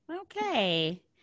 Okay